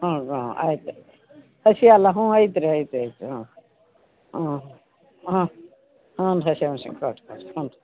ಹ್ಞೂ ಹಾಂ ಆಯ್ತು ಹಸಿ ಅಲ್ಲ ಹ್ಞೂ ಐತ್ರಿ ಐತಿ ಐತಿ ಹ್ಞೂ ಹ್ಞೂ ಹಾಂ ಹ್ಞೂ ಹಸಿಮೆಣ್ಸಿನ್ಕಾಯಿ